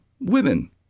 women